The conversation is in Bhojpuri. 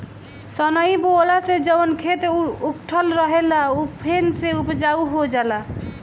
सनई बोअला से जवन खेत उकठल रहेला उ फेन से उपजाऊ हो जाला